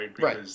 Right